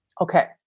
okay